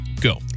Go